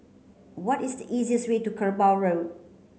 what is the easiest way to Kerbau Road